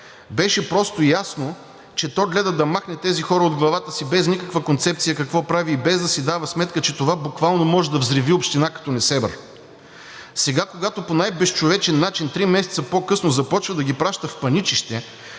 беше просто ясно, че то гледа да махне тези хора от главата си без никаква концепция какво прави и без да си дава сметка, че това буквално може да взриви община като Несебър. Сега, когато по най-безчовечен начин три месеца по-късно започва да ги праща в Паничище,